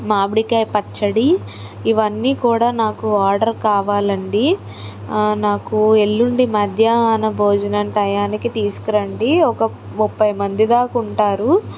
మామిడి కాయ పచ్చడి ఇవన్ని కూడా నాకు ఆర్డర్ కావాలండి నాకు ఎల్లుండి మధ్యాహ్న బోజ్జనం టైముకి తీసుకుని రండి ఒక్క ముప్పై మంది దాకా ఉంటారు